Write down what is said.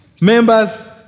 members